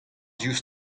diouzh